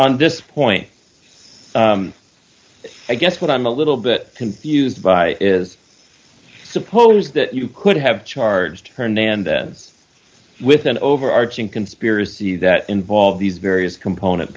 m disappointed but i guess what i'm a little bit confused by is suppose that you could have charged hernandez with an overarching conspiracy that involved these various component